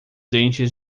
dentes